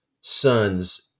sons